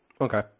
Okay